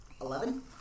Eleven